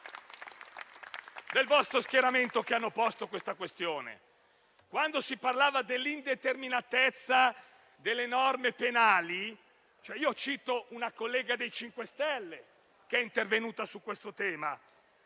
del vostro schieramento che hanno posto la questione. Quando si parlava dell'indeterminatezza delle norme penali, una collega del MoVimento 5 Stelle è intervenuta su questo tema